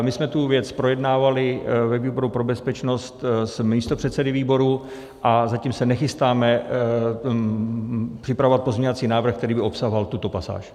My jsme tu věc projednávali ve výboru pro bezpečnost s místopředsedy výboru a zatím se nechystáme připravovat pozměňovací návrh, který by obsahoval tuto pasáž.